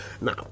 Now